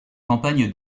campagne